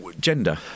gender